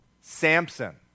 Samson